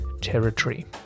territory